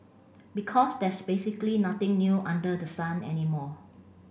because there's basically nothing new under the sun anymore